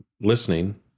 listening